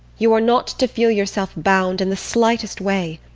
you are not to feel yourself bound in the slightest way,